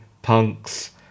punks